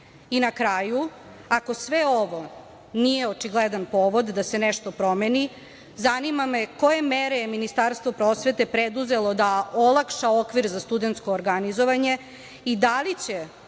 kraju, ako sve ovo, nije očigledan povod da se nešto promeni, zanima me koje mere je Ministarstvo prosvete preduzelo da olakša okvir za studentsko organizovanje i da li će